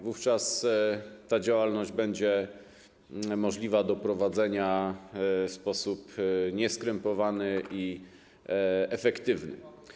Wówczas ta działalność będzie możliwa do prowadzenia w sposób nieskrępowany i efektywny.